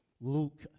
Luke